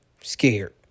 Scared